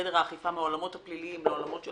גדר האכיפה מהעולמות הפליליים לעולמות של